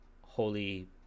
holy